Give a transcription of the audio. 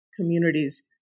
communities